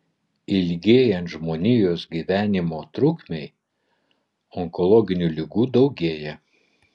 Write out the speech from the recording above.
ilgėjant žmonijos gyvenimo trukmei onkologinių ligų daugėja